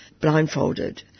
blindfolded